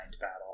battle